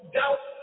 doubt